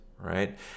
Right